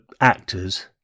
actors